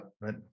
Right